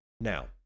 now